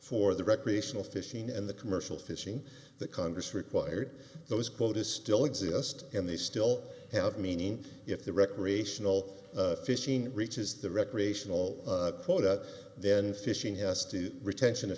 for the recreational fishing and the commercial fishing that congress required those quotas still exist and they still have meaning if the recreational fishing reaches the recreational quota then fishing has to retention of